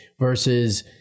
Versus